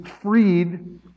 freed